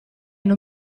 non